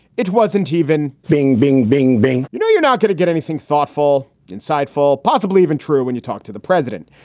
it wasn't even being being being being you know, you're not going to get anything thoughtful, insightful, possibly even true when you talk to the president.